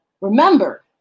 Remember